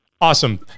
Awesome